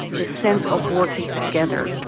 this sense of working together.